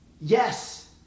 Yes